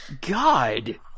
God